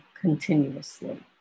continuously